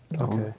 Okay